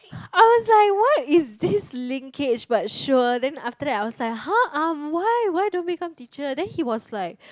I was like what is this linkage but sure then after that I was like !huh! um why why don't become teacher then he was like